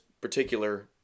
particular